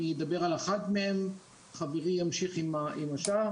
אני אדבר על אחד מהם וחברי ימשיך עם השאר.